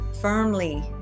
firmly